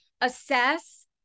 assess